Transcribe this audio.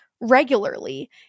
regularly